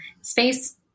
space